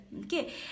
okay